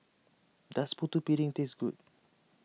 does Putu Piring taste good